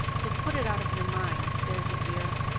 but put it out of your mind, there's a dear.